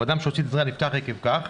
ואדם שהושיט עזרה נפטר עקב כך,